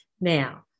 Now